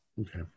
okay